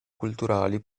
culturali